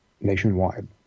nationwide